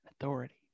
authority